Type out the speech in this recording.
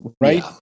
Right